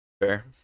Fair